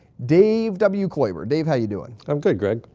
dave w. kloiber. dave, how you doing? i'm good greg.